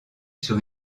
sur